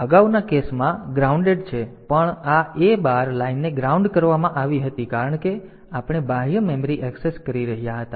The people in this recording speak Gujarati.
તેથી આ EA બાર લાઇન અગાઉના કેસમાં ગ્રાઉન્ડેડ છે પણ આ A બાર લાઇનને ગ્રાઉન્ડ કરવામાં આવી હતી કારણ કે આપણે બાહ્ય મેમરી એક્સેસ કરી રહ્યા હતા